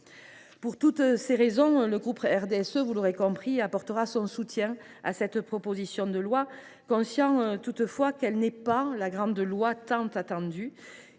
Pour toutes ces raisons, le groupe du RDSE apportera son soutien à cette proposition de loi, conscient toutefois qu’elle n’est pas la grande loi tant attendue.